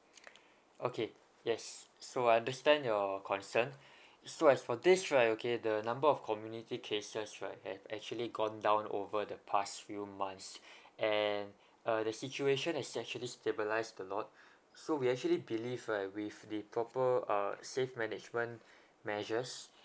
okay yes so I understand your concern so as for this right okay the number of community cases right have actually gone down over the past few months and uh the situation is actually stabilised a lot so we actually believe right with the proper uh safe management measures